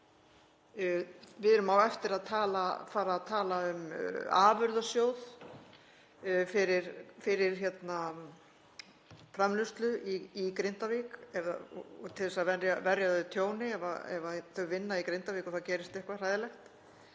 Við erum á eftir að fara að tala um afurðasjóð fyrir framleiðslu í Grindavík til að verja þau tjóni ef þau vinna í Grindavík og það gerist eitthvað hræðilegt.